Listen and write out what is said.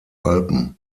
alpen